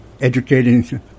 educating